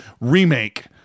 remake